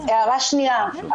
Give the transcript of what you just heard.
הערה שנייה,